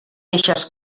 eixes